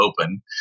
open